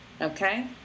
okay